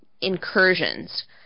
incursions